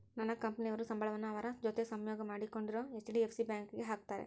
ನನ್ನ ಕಂಪನಿಯವರು ಸಂಬಳವನ್ನ ಅವರ ಜೊತೆ ಸಹಯೋಗ ಮಾಡಿಕೊಂಡಿರೊ ಹೆಚ್.ಡಿ.ಎಫ್.ಸಿ ಬ್ಯಾಂಕಿಗೆ ಹಾಕ್ತಾರೆ